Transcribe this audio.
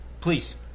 Please